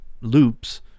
loops